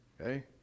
okay